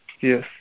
yes